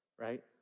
right